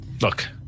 Look